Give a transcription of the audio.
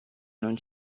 non